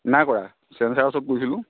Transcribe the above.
নাই কৰা ছাৰৰ ওচৰত গৈছিলোঁ